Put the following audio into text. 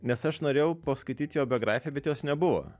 nes aš norėjau paskaityt jo biografiją bet jos nebuvo